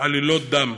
"עלילות דם".